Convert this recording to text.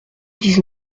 dix